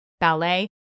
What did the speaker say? ballet